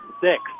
six